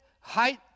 height